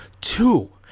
Two